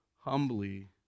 humbly